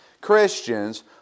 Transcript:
Christians